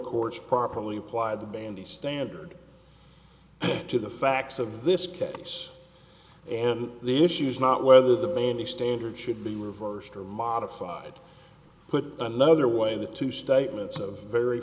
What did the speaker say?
courts properly applied the bandy standard to the facts of this case and the issues not whether the body of the standard should be reversed or modified put another way the two statements of very